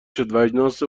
شدواجناس